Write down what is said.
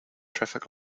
traffic